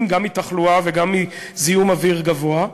גם מתחלואה וגם מזיהום אוויר גבוה,